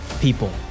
people